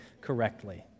correctly